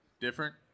different